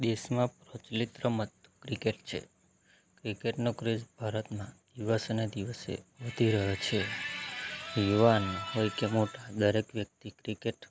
દેશમાં પ્રચલિત રમત ક્રિકેટ છે ક્રિકેટનો ક્રેઝ ભારતમાં દિવસેને દિવસે વધી રહ્યો છે યુવાન હોય કે મોટા દરેક વ્યક્તિ ક્રિકેટ